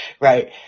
Right